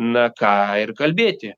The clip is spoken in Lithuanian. na ką ir kalbėti